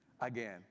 Again